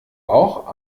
auch